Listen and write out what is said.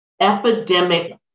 epidemic